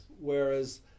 whereas